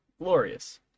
glorious